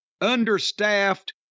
understaffed